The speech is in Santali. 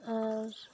ᱟᱨ